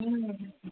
હમ્મ